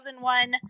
2001